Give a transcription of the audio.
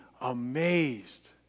amazed